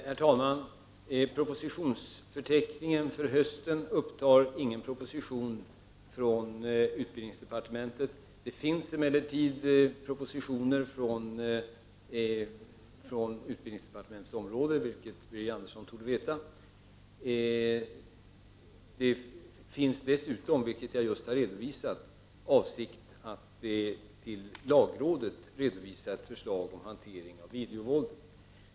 Herr talman! Propositionsförteckningen för hösten upptar ingen proposition från utbildningsdepartementet. Det finns emellertid propositioner från utbildningsdepartementets område, vilket Birger Andersson torde veta. Det finns dessutom, vilket jag just har redovisat, en avsikt att till lagrådet redovisa ett förslag om hantering av videovåld.